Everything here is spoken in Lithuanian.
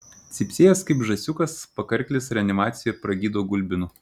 cypsėjęs kaip žąsiukas pakarklis reanimacijoje pragydo gulbinu